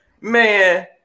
Man